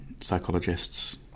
Psychologists